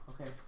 Okay